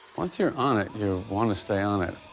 once you're on it, you wanna stay on it.